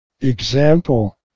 Example